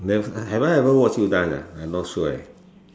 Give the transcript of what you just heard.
never have I ever watch you dance ah I not sure eh